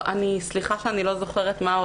סליחה שאני לא זוכרת מה ההוראה.